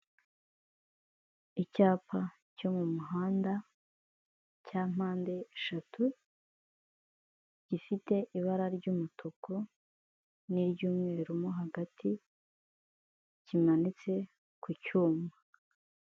Icyapa cyo mu muhanda cya mpandeshatu, gifite ibara ry'umutuku n'iry'umweru mo hagati kimanitse ku cyuma.